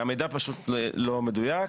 המידע פשוט לא מדויק,